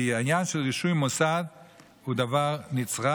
כי העניין של רישוי מוסד הוא דבר נצרך.